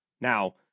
Now